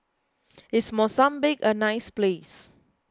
is Mozambique a nice place